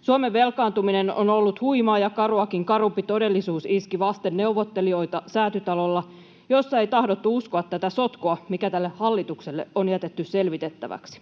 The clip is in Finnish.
Suomen velkaantuminen on ollut huimaa, ja karuakin karumpi todellisuus iski vasten neuvottelijoita Säätytalolla, jossa ei tahdottu uskoa tätä sotkua, mikä tälle hallitukselle on jätetty selvitettäväksi.